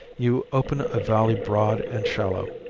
you open a valley broad and shallow,